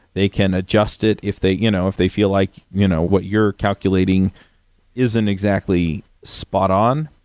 they can adjust it if they you know if they feel like you know what you're calculating isn't exactly spot on,